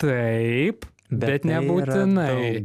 taip bet nebūtinai